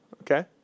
okay